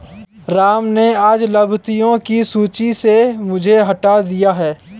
राम ने आज लाभार्थियों की सूची से मुझे हटा दिया है